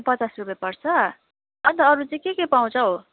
त पचास रुपियाँ पर्छ अन्त अरू चाहिँ के के पाउँछ हौ